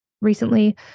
recently